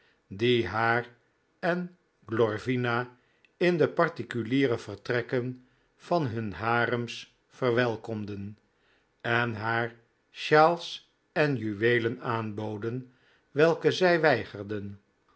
die haar en glorvina in de particuliere vertrekken van hun harems verwelkomden en haar sjaals en juweelen aanboden welke zij weigerden